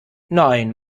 nein